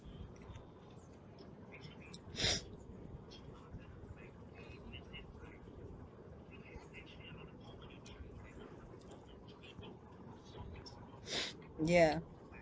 ya